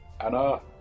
Anna